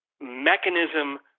mechanism